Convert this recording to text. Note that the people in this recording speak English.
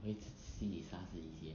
我会自己自己杀死自己先